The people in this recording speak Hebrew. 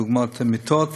דוגמת מיטות,